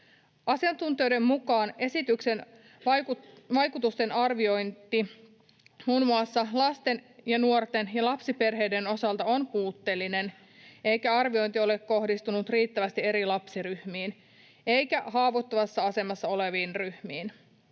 Asiantuntijoiden mukaan esityksen vaikutusten arviointi muun muassa lasten ja nuorten ja lapsiperheiden osalta on puutteellinen, eikä arviointi ole kohdistunut riittävästi eri lapsiryhmiin eikä haavoittuvassa asemassa oleviin ryhmiin.